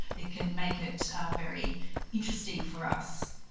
it can make it very interesting for us.